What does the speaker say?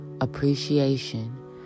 appreciation